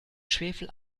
schwefel